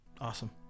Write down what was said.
awesome